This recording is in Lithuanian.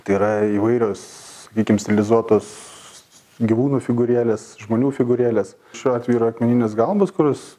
tai yra įvairios sakykim stilizuotos gyvūnų figūrėlės žmonių figūrėlės šiuo atveju yra akmeninės galvos kurios